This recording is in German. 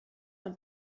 und